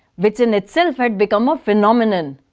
which in itself had become a phenomenon.